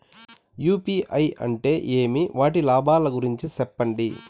UPI అంటే ఏమి? వాటి లాభాల గురించి సెప్పండి?